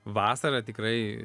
vasarą tikrai